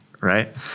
right